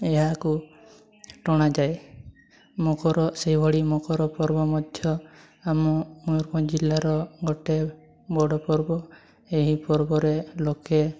ଏହାକୁ ଟଣାଯାଏ ମକର ସେଇଭଳି ମକର ପର୍ବ ମଧ୍ୟ ଆମ ମୟୂରଭଞ୍ଜ ଜିଲ୍ଲାର ଗୋଟେ ବଡ଼ ପର୍ବ ଏହି ପର୍ବରେ ଲୋକେ